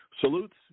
salutes